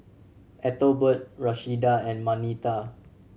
Ethelbert Rashida and Marnita